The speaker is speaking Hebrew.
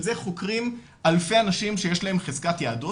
זה חוקרים אלפי אנשים שיש להם חזקת יהדות,